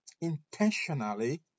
intentionally